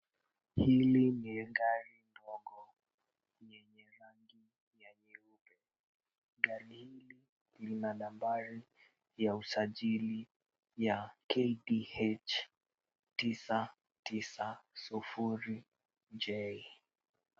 Hili ni gari dogo lenye rangi ya nyeupe. Gari hili lina nambari ya usajili ya KDH 990J.